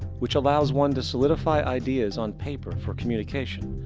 which allows one to solidify ideas on paper for communication.